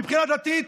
מבחינה דתית,